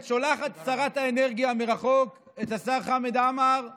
שולחת שרת האנרגיה מרחוק את השר חמד עמאר ואומרת: